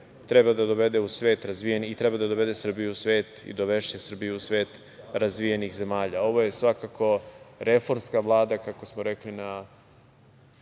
treba da dovede Srbiju u svet i dovešće Srbiju u svet razvijenih zemalja. Ovo je svakako reformska Vlada, kako smo rekli